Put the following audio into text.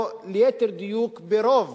או ליתר דיוק ברוב